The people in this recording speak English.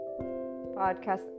podcast